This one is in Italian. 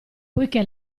poiché